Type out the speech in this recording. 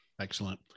Excellent